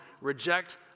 reject